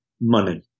Money